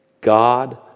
God